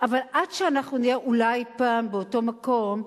אבל עד שאנחנו נהיה אולי פעם באותו מקום,